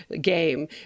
game